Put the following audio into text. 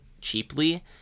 cheaply